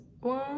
one